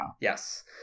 Yes